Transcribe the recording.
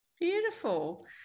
Beautiful